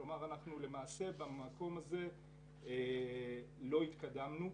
כלומר, אנחנו למעשה במקום הזה לא התקדמנו.